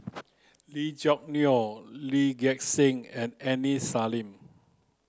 Lee Choo Neo Lee Gek Seng and Aini Salim